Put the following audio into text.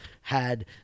had-